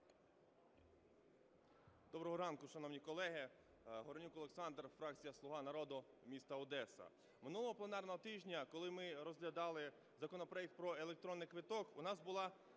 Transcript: Доброго ранку, шановні колеги! Горенюк Олександр, фракція "Слуга народу", місто Одеса. Минулого пленарного тижня, коли ми розглядали законопроект про електронний квиток, у нас була